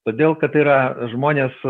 todėl kad yra žmonės